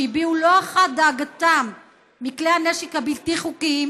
שהביעו לא אחת את דאגתם מכלי הנשק הבלתי-חוקיים,